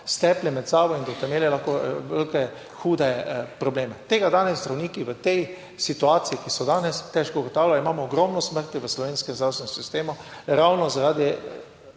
stepli med sabo in da boste imeli lahko velike, hude probleme. Tega danes zdravniki v tej situaciji, ki so danes, težko ugotavljajo. Imamo ogromno smrti v slovenskem zdravstvenem sistemu ravno zaradi